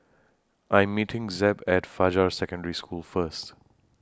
I'm meeting Zeb At Fajar Secondary School First